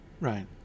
Right